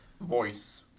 voice